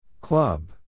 Club